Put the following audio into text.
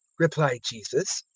replied jesus,